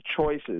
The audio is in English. choices